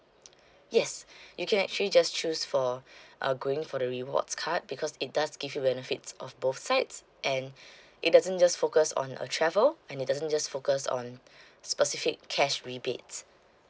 yes you can actually just choose for uh going for the rewards card because it does give you benefits of both sides and it doesn't just focus on uh travel and it doesn't just focus on specific cash rebates